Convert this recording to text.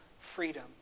freedom